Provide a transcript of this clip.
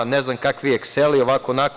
Ne znam kakvi ekseli, ovako, onako.